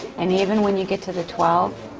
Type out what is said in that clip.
and even when you get to the twelve